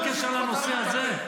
בקשר לנושא הזה?